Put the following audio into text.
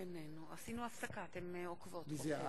אדוני